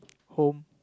home